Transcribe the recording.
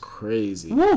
Crazy